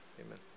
amen